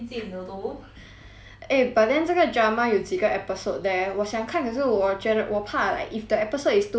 eh but then 这个 drama 有几个 episode leh 我想看可是我觉得我怕 like if the episode is too much then 我应该会 like